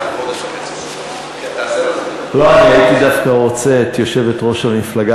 אני הייתי דווקא רוצה את יושבת-ראש המפלגה